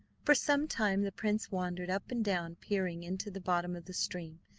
for some time the prince wandered up and down peering into the bottom of the stream,